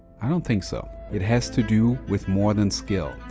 i don't think so. it has to do with more than skill.